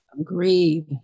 Agreed